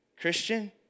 Christian